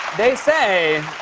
they say.